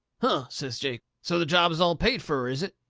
huh! says jake. so the job is all paid fur, is it?